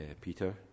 Peter